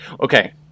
Okay